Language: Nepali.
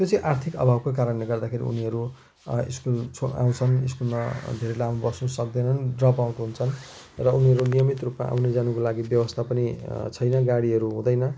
त्यो चाहिँ आर्थिक अभावको कारणले गर्दाखेरि उनीहरूको स्कुल आउँछन् स्कुलमा धेरै लामो बस्नु सक्दैनन् ड्रप आउट हुन्छन् र उनीहरू नियमित रूपमा आउनु जानुको लागि व्यवस्था पनि छैन गाडीहरू हुँदैन